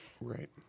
Right